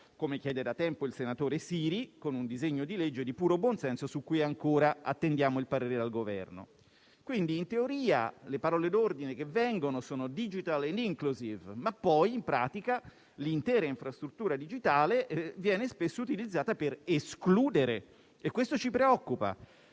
come chiede da tempo il senatore Siri, con un disegno di legge di puro buon senso su cui ancora attendiamo il parere al Governo. In teoria, le parole d'ordine sono *digital* ed *inclusive*, ma poi, in pratica, l'intera infrastruttura digitale viene utilizzata per escludere e questo ci preoccupa.